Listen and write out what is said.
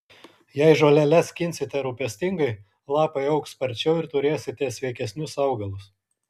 jei žoleles skinsite rūpestingai lapai augs sparčiau ir turėsite sveikesnius augalus